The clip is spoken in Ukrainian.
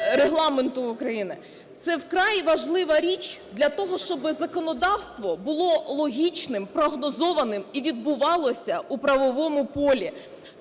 Регламенту України це вкрай важлива річ для того, щоб законодавство було логічним, прогнозованим і відбувалося у правовому полі,